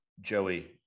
Joey